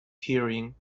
keyring